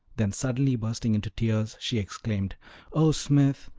then suddenly, bursting into tears, she exclaimed oh, smith,